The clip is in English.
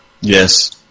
Yes